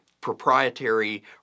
proprietary